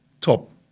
top